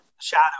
shadow